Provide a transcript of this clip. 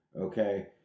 Okay